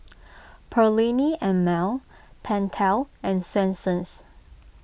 Perllini and Mel Pentel and Swensens